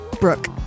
Brooke